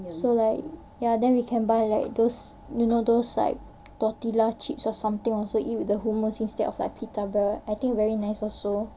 so like ya then we can buy like those you know those like tortilla chips or something also eat with the hummus instead of pita bread I think very nice also